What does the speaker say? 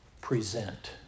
present